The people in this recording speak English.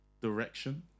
direction